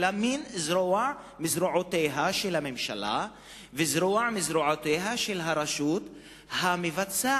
אלא מין זרוע מזרועותיה של הממשלה וזרוע מזרועותיה של הרשות המבצעת.